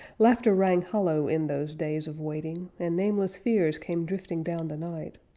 laughter rang hollow in those days of waiting, and nameless fears came drifting down the night.